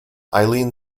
eileen